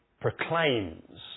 proclaims